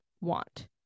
want